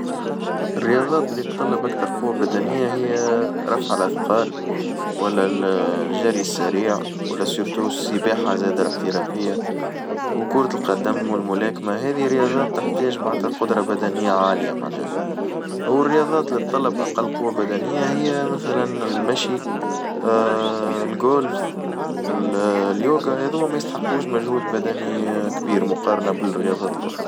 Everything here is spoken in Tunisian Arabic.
الرياضات اللي تطلب أكثر قوة بدنية هي رفع الاثقال، والا الجري السريع والا سيرتو السباحة زادة الاحترافية، وكرة القدم والملاكمة هذه رياضات تحتاج معناتها قدرة بدنية عالية معناتها، والرياضات للتطلب أقل قوة بدنية هي مثلًا المشي الغولف اليوغا هادوما ما ميستحقوش مجهود بدني كبير مقارنة بالرياضات الأخرى.